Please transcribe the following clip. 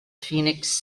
phoenix